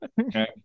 okay